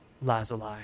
Lazuli